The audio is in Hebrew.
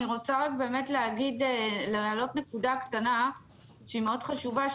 אני רוצה באמת להעלות נקודה קטנה שהיא מאוד חשובה,